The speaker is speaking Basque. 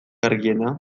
argiena